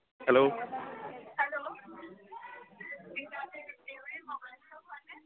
hello